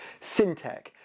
SynTech